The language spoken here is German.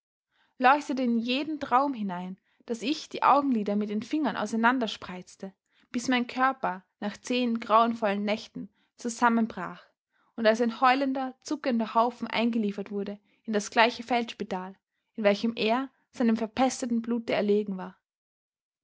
leuchtete in jeden traum hinein daß ich die augenlider mit den fingern auseinanderspreizte bis mein körper nach zehn grauenvollen nächten zusammenbrach und als ein heulender zuckender haufen eingeliefert wurde in das gleiche feldspital in welchem er seinem verpesteten blute erlegen war